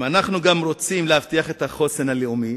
שאם אנחנו גם רוצים להבטיח את החוסן הלאומי,